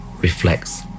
reflects